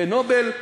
ו"נובל".